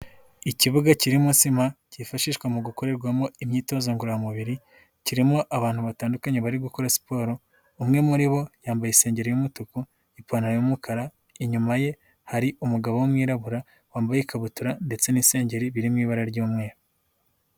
Ikibuga kirimo sima cyifashishwa mu gukorerwamo imyitozo ngororamubiri, kirimo abantu batandukanye bari gukora siporo, umwe muri bo yambaye isengero y'umutuku, ipantaro y'umukara, inyuma ye hari umugabo w'umwirabura wambaye ikabutura, ndetse n'isengeri biri mu ibara ry'umweru.